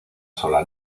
sola